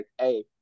hey